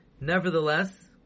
Nevertheless